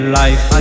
life